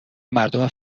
مردم